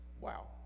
Wow